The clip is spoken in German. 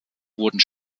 wurden